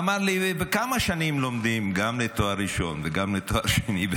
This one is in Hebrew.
אמר לי: וכמה שנים לומדים גם לתואר ראשון וגם לתואר שני?